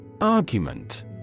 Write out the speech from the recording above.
Argument